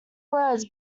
words